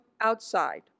outside